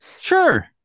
Sure